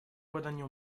guadagna